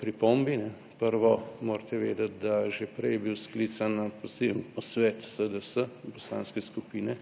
pripombi. Prvo morate vedeti, da že prej je bil sklican na poseben posvet SDS poslanske skupine